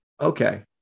Okay